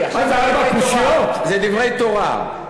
למה, גפני, אלו דברי תורה.